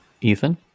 Ethan